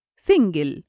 Single